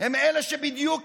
הם אלה שבדיוק